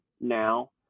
now